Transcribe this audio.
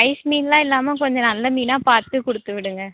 ice மீனெலாம் இல்லாமல் கொஞ்சம் நல்ல மீனாக பார்த்து கொடுத்து விடுங்க